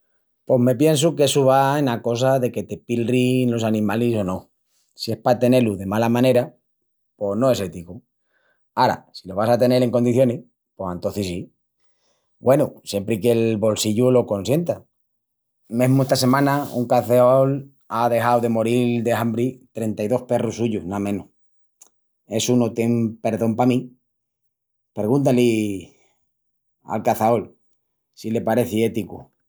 Pos me piensu qu'essu va ena cosa de que te pilrin los animalis o no. Si es pa tené-lu de mala manera pos no es éticu. Ara, si lo vas a tenel en condicionis pos antocis sí. Güenu, siempri qu'el bolsillu lo consienta. Mesmu esta semana un caçaol á dexau de moril de hambri trenta-i-dos perrus suyus, ná menus. Essu no tien perdón pa mí. Pergunta-li al caçaol si le pareci éticu.